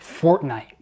Fortnite